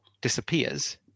disappears